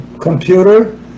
computer